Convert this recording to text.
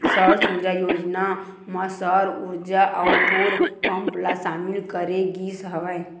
सौर सूजला योजना म सौर उरजा अउ बोर पंप ल सामिल करे गिस हवय